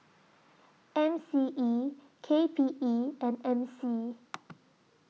M C E K P E and M C